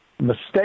Mistake